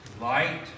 light